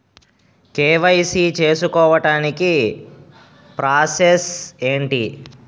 KYC చేసుకోవటానికి process ఏంటి?